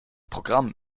programm